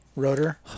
rotor